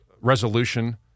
resolution